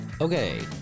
Okay